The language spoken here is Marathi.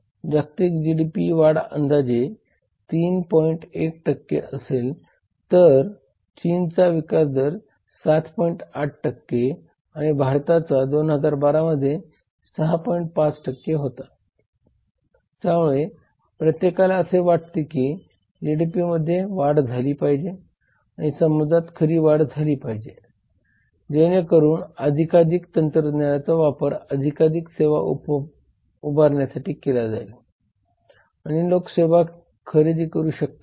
तर अलीकडेच सामान्य सेवा कर देखील पास झाला आहे त्यामध्ये कर्मचाऱ्यांना कामावर ठेवण्यासाठी बिल वाढवणे आणि मंजूर करणे हॉटेलमधील नाइट क्लब बंद करणारे बिल वाढवणे आणि पास करणे किंवा जुगारावर बंदी घालणे हे कदाचित त्याला माहित असेल